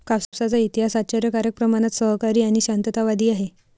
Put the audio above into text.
कापसाचा इतिहास आश्चर्यकारक प्रमाणात सहकारी आणि शांततावादी आहे